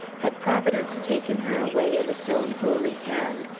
had providence taken her away in its own holy hand,